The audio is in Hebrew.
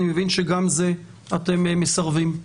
אני מבין שגם לזה אתם מסרבים.